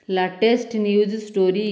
latest news story